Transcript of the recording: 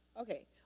Okay